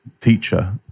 teacher